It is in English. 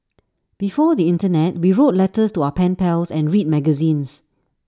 before the Internet we wrote letters to our pen pals and read magazines